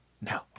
no